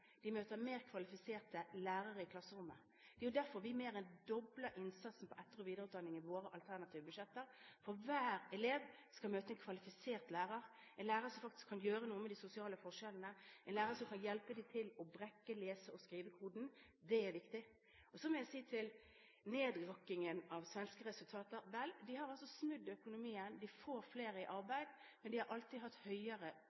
De møter mer kvalifiserte lærere i klasserommet. Det er derfor vi mer enn dobler innsatsen på etter- og videreutdanning i våre alternative budsjetter. For hver elev skal møte en kvalifisert lærer, en lærer som faktisk kan gjøre noe med de sosiale forskjellene, en lærer som kan hjelpe dem til å knekke lese- og skrivekoden. Det er viktig. Så må jeg si til «nedrakkingen» av svenske resultater: Vel, de har altså snudd økonomien, de får flere i arbeid, men de har alltid hatt høyere